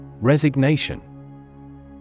Resignation